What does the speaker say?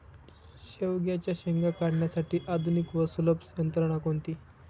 शेवग्याच्या शेंगा काढण्यासाठी आधुनिक व सुलभ यंत्रणा कोणती?